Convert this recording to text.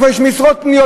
איפה יש משרות פנויות,